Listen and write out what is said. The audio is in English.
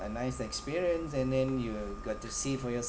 a nice experience and then you got to see for yourself